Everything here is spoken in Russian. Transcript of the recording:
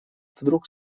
вдруг